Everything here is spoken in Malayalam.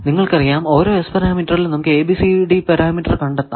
നിങ്ങൾക്കറിയാം ഓരോ S പരാമീറ്ററിലും നമുക്ക് ABCD പാരാമീറ്റർ കണ്ടെത്താം